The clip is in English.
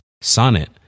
Sonnet